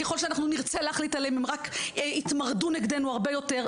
ככל שאנחנו נרצה להחליט עליהם הם רק יתמרדו נגדנו הרבה יותר.